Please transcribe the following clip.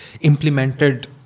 implemented